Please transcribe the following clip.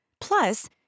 Plus